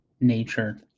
nature